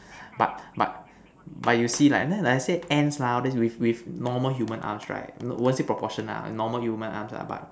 but but but you see like like I said ants lah all this with with normal humans arms right was it proportionate ah normal humans arms lah but